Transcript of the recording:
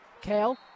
Kale